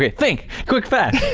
yeah think, quick fast.